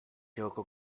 yoko